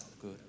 Good